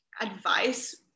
advice